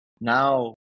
now